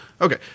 Okay